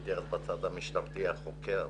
הייתי אז בצד המשטרתי החוקר,